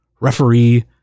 referee